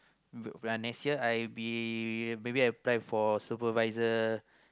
around next year maybe I apply for supervisor